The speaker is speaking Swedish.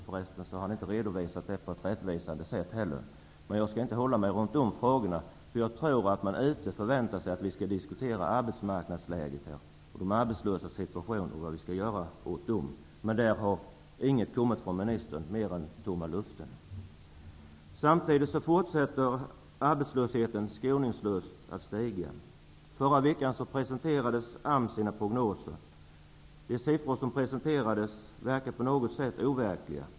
Förresten har han inte heller redovisat detta sista på ett rättvisande sätt. Jag skall inte uppehålla mig vid dessa frågor. Jag tror att man ute i landet förväntar sig att vi skall diskutera arbetsmarknadsläget, de arbetslösas situation och vad vi skall göra åt detta. På den punkten har ingenting kommit från ministern annat än tomma luften. Samtidigt fortsätter arbetslösheten skoningslöst att stiga. Förra veckan presenterade AMS sina prognoser. De siffror som presenterades verkade på något sätt overkliga.